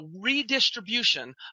redistribution